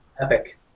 epic